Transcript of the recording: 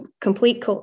complete